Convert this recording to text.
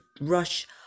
rush